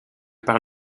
par